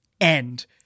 end